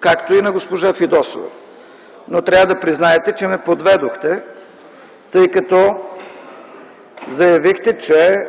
както и на госпожа Фидосова, но трябва да признаете, че ме подведохте, тъй като заявихте, че